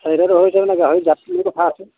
চাহিদা বহুত আছে মানে গাহৰিৰ জাতটো লৈ কথা আছে